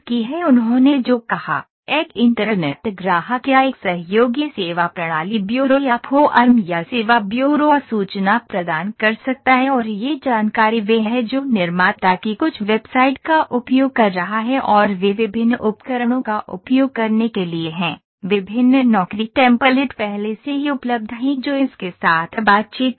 उन्होंने जो कहा एक इंटरनेट ग्राहक या एक सहयोगी सेवा प्रणाली ब्यूरो या फॉर्म या सेवा ब्यूरो सूचना प्रदान कर सकता है और यह जानकारी वह है जो निर्माता की कुछ वेबसाइट का उपयोग कर रहा है और वे विभिन्न उपकरणों का उपयोग करने के लिए हैं विभिन्न नौकरी टेम्पलेट पहले से ही उपलब्ध हैं जो इसके साथ बातचीत करते हैं